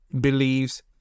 believes